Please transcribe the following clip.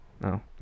No